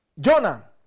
Jonah